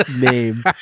name